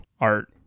art